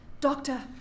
Doctor